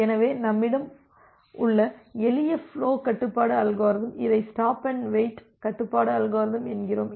எனவே நம்மிடம் உள்ள எளிய ஃபுலோக் கட்டுப்பாட்டு அல்காரிதம் இதை ஸ்டாப் அண்டு வெயிட் கட்டுப்பாட்டு அல்காரிதம் என்கிறோம்